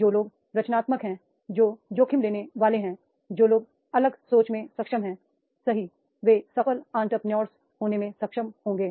जो लोग रचनात्मक हैं जो जोखिम लेने वाले हैं जो लोग अलग सोच में सक्षम हैं सही वे सफल एंटरप्रेन्योर होने में सक्षम होंगे